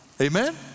amen